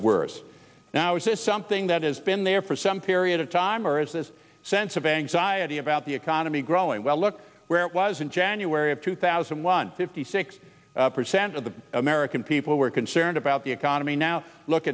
worse now is this something that has been there for some period of time or is this sense of anxiety about the economy growing well look where it was in january of two thousand and one fifty six percent of the american people were concerned about the economy now look